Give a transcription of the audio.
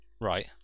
Right